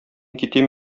китим